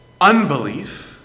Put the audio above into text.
unbelief